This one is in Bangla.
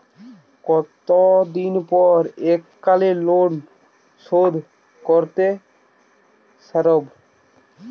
কতদিন পর এককালিন লোনশোধ করতে সারব?